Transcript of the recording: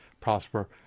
prosper